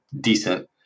decent